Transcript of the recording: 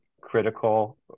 critical